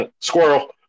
squirrel